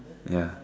ya